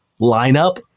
lineup